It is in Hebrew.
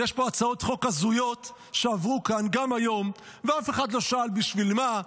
יש פה הצעות חוק הזויות שעברו כאן גם היום ואף אחד לא שאל בשביל מה,